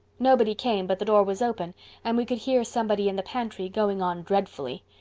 nobody came but the door was open and we could hear somebody in the pantry, going on dreadfully.